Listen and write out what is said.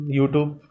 YouTube